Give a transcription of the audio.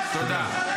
תודה רבה.